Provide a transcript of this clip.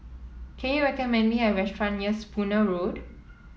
can you recommend me a restaurant near Spooner Road